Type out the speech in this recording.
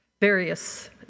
various